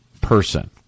person